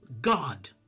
God